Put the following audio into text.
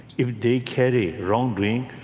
if they carry wrongdoing,